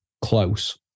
close